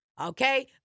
Okay